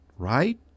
Right